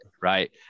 right